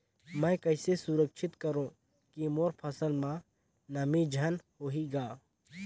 मैं कइसे सुरक्षित करो की मोर फसल म नमी झन होही ग?